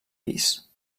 pis